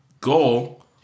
goal